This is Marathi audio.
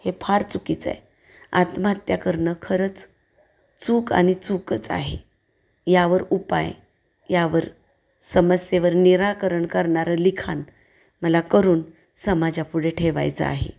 हे फार चुकीचं आहे आत्महत्या करणं खरंच चूक आणि चूकच आहे यावर उपाय यावर समस्येवर निराकरण करणारं लिखाण मला करून समाजापुढे ठेवायचं आहे